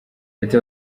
leta